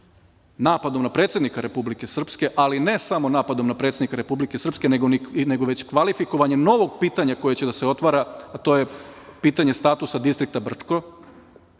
napadom na predsednika Republike Srpske, ali ne samo napadom na predsednika Republike Srpske, nego već kvalifikovanjem novog pitanja koje će da se otvara, a to je pitanje status Distrikta Brčko